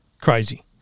crazy